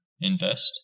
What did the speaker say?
invest